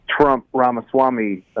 Trump-Ramaswamy